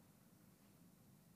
אבל ברוך השם אנחנו עומדים בה.